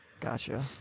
Gotcha